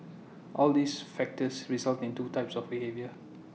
all these factors result in two types of behaviour